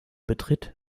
betritt